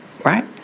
right